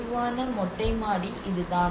பொதுவான மொட்டை மாடி இதுதான்